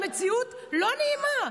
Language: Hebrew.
המציאות לא נעימה,